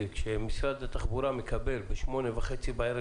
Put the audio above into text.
כאשר משרד התחבורה מקבל ב-8:30 בערב